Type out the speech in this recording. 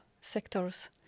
sectors